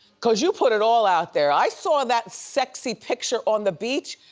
cause you put it all out there. i saw that sexy picture on the beach.